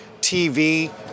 TV